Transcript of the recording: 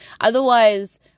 Otherwise